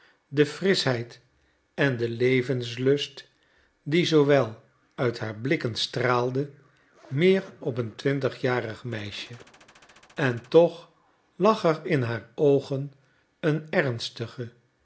de frischheid en den levenslust die zoowel uit haar blikken straalde meer op een twintigjarig meisje en toch lag er in haar oogen een ernstige